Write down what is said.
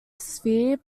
sphere